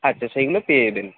আচ্ছা সেইগুলো পেয়েবেল